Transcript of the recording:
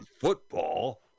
football